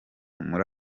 muri